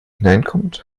hineinkommt